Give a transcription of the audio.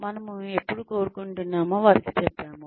మనము ఎప్పుడు కోరుకుంటున్నామో వారికి చెప్పాము